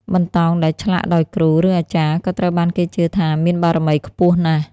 បន្តោងដែលឆ្លាក់ដោយគ្រូ ឬអាចារ្យក៏ត្រូវបានគេជឿថាមានបារមីខ្ពស់ណាស់។